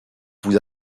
vous